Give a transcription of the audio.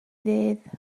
ddydd